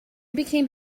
became